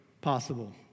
possible